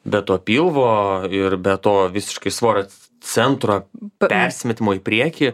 be to pilvo ir be to visiškai svorio centro persimetimo į priekį